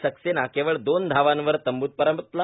सक्सेना केवळ दोन धावांवर तंबृत परतला